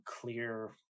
clear